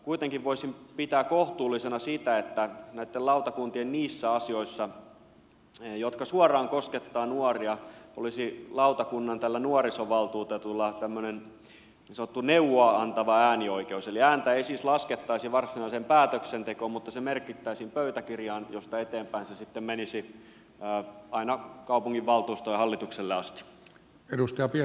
kuitenkin voisin pitää kohtuullisena sitä että näitten lautakuntien niissä asioissa jotka suoraan koskettavat nuoria olisi lautakunnan nuorisovaltuutetulla tämmöinen niin sanottu neuvoa antava äänioikeus eli ääntä ei siis laskettaisi varsinaiseen päätöksentekoon mutta se merkittäisiin pöytäkirjaan josta eteenpäin se sitten menisi aina kaupunginvaltuustoon ja hallitukselle asti